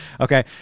Okay